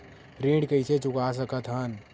ऋण कइसे चुका सकत हन?